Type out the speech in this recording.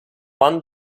one